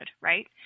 right